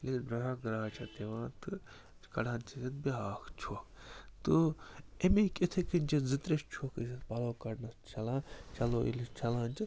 ییٚلہِ أسۍ بیٛاکھ گرٛاے چھِ اَتھ دِوان تہٕ چھِ کَڑان چھِ اَتھ بیٛاکھ چھۄکھ تہٕ اَمِکۍ یِتھٔے کٔنۍ چھِ أسۍ زٕ ترٛےٚ چھۄکھ أسۍ اَتھ پَلوٚو کَڑنَس چھَلان پلوٚو ییٚلہِ أسۍ چھَلان چھِ